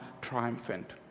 triumphant